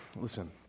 Listen